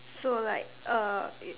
so like uh it